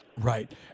Right